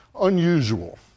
unusual